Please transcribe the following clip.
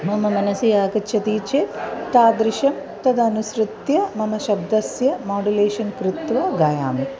मम मनसि आगच्छति चेत् तादृशं तदनुसृत्य मम शब्दस्य माडुलेशन् कृत्वा गायामि